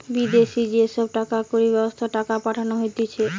বিদেশি যে সব টাকা কড়ির ব্যবস্থা টাকা পাঠানো হতিছে